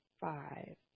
five